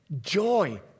joy